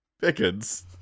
Pickens